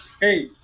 Hey